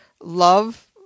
love